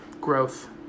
growth